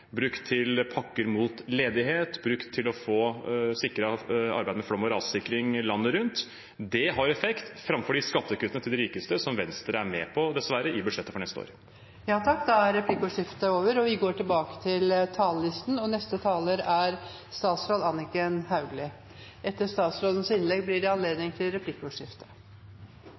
til pakker mot ledighet, til å få sikret at arbeidet med flom- og rassikring landet rundt – det har effekt, framfor skattekuttene til de rikeste, som Venstre er med på, dessverre, i budsjettet for neste år. Replikkordskiftet er dermed omme. Grunnsteinen i det norske samfunnet er høy sysselsetting. Det sikrer enkeltmenneskene mot fattigdom, og det sikrer fellesskapets evne til å ta vare på alle. Vår evne til